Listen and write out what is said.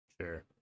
Sure